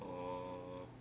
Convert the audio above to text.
uh